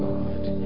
Lord